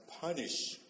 punish